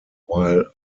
while